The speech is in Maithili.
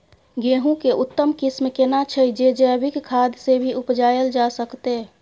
गेहूं के उत्तम किस्म केना छैय जे जैविक खाद से भी उपजायल जा सकते?